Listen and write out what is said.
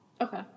Okay